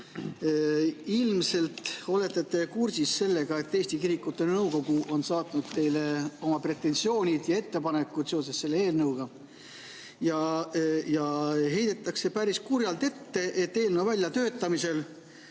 Ilmselt olete kursis sellega, et Eesti Kirikute Nõukogu on saatnud teile oma pretensioonid ja ettepanekud seoses selle eelnõuga. Heidetakse päris kurjalt ette, et kuigi viidatakse